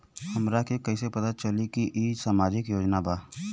हमरा के कइसे पता चलेगा की इ सामाजिक योजना बा?